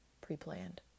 pre-planned